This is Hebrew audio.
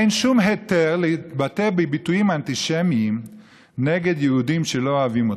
אין שום היתר להתבטא בביטויים אנטישמיים נגד יהודים שלא אוהבים אותנו.